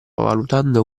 valutando